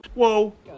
whoa